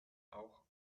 auch